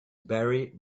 barry